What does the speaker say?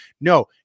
No